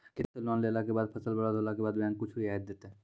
खेती वास्ते लोन लेला के बाद फसल बर्बाद होला के बाद बैंक कुछ रियायत देतै?